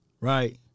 right